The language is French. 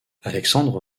alexandre